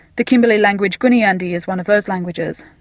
the kimberley language gooniyandi is one of those languages.